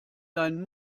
deinen